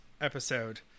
episode